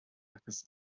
agus